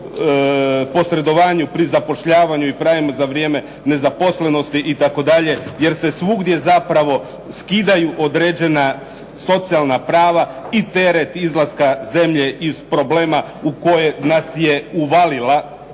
o posredovanju pri zapošljavanju i pravima za vrijeme nezaposlenosti itd., jer se svugdje zapravo skidaju određena socijalna prava i teret izlaska zemlje iz problema u koje nas je uvalila